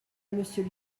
monsieur